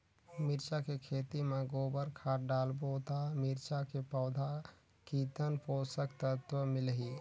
मिरचा के खेती मां गोबर खाद डालबो ता मिरचा के पौधा कितन पोषक तत्व मिलही?